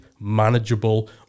manageable